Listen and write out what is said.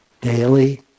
daily